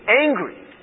angry